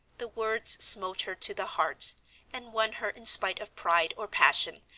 the words smote her to the heart and won her in spite of pride or passion,